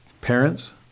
parents